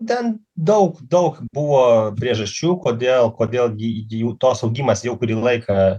ten daug daug buvo priežasčių kodėl kodėl gi jų tos augimas jau kurį laiką